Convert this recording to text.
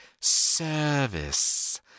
service